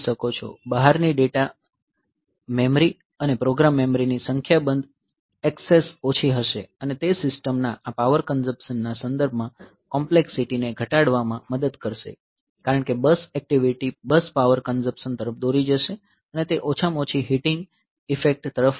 બહારની data memory અને program મેમરીની સંખ્યાબંધ એક્સેસ ઓછી હશે અને તે સિસ્ટમના આ પાવર કંઝપશન ના સંદર્ભમાં કોમ્પ્લેકસીટી ને ઘટાડવા માં મદદ કરશે કારણ કે bus activity bus power consumption તરફ દોરી જશે અને તે ઓછામાં ઓછી હીટિંગ ઇફેક્ટ તરફ લઈ જશે